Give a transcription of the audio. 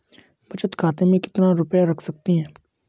बचत खाते में कितना रुपया रख सकते हैं?